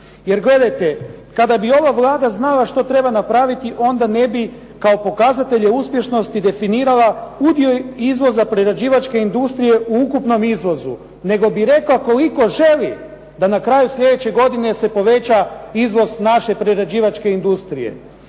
jer gledajte, kada bi ova Vlada znala što treba napraviti onda ne bi kao pokazatelje uspješnosti definirala udio izvoza prerađivačke industrije u ukupnom iznosu nego bi rekla koliko želi da na kraju sljedeće godine se poveća iznos naše prerađivačke industrije.